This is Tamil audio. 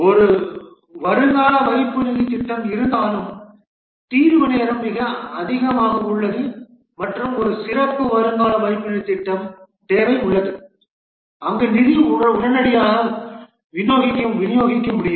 ஒரு வருங்கால வைப்பு நிதி திட்டம் இருந்தாலும் தீர்வு நேரம் மிக அதிகமாக உள்ளது மற்றும் ஒரு சிறப்பு வருங்கால வைப்பு நிதி திட்டத்தின் தேவை உள்ளது அங்கு நிதியை உடனடியாக விநியோகிக்க முடியும்